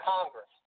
Congress